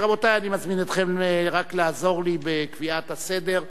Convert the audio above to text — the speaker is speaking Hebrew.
רבותי, אני מזמין אתכם רק לעזור לי בקביעת הסדר.